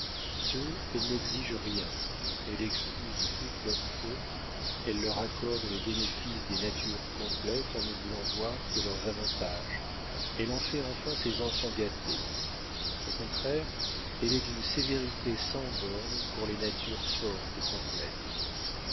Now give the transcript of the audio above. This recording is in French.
elle n'exige rien elle excuse toutes leurs fautes elle leur accorde les bénéfices des natures complètes en ne voulant voir que leurs avantages elle en fait enfin ses enfants gâtés au contraire elle est d'une sévérité sans bornes pour les natures fortes et complètes